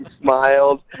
smiled